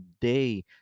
day